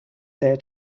there